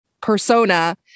persona